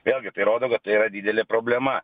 vėlgi tai rodo kad tai yra didelė problema